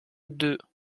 deux